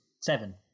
seven